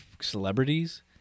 celebrities